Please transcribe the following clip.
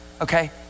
okay